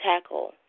tackle